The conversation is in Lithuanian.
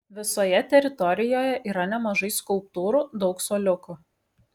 visoje teritorijoje yra nemažai skulptūrų daug suoliukų